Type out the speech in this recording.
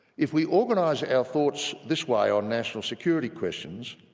if we organise our thoughts this way on national security questions,